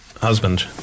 Husband